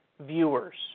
viewers